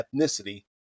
ethnicity